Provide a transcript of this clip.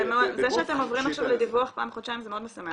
זה שאתם עוברים עכשיו לדיווח פעם בחודשיים זה מאוד משמח אותי.